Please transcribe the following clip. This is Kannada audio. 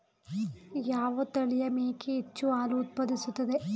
ಯಾವ ತಳಿಯ ಮೇಕೆ ಹೆಚ್ಚು ಹಾಲು ಉತ್ಪಾದಿಸುತ್ತದೆ?